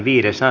asia